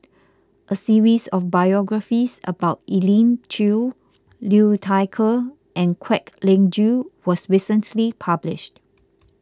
a series of biographies about Elim Chew Liu Thai Ker and Kwek Leng Joo was recently published